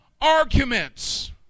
arguments